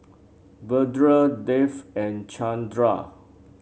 Vedre Dev and Chandra